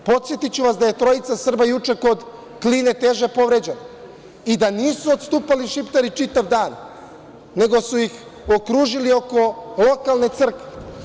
Podsetiću vas da je trojica Srba juče kod Kline teže povređeno i da nisu odstupali Šiptari čitav dan, nego su ih okružili oko lokalne crkve.